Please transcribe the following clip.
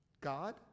God